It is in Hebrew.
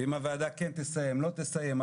אם הוועדה כן תסיים או לא תסיים את